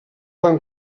van